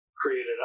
created